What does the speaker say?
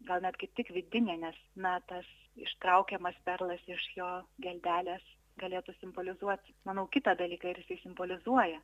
gal net kaip tik vidinė nes na tas ištraukiamas perlas iš jo geldelės galėtų simbolizuot manau kitą dalyką ir simbolizuoja